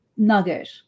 nugget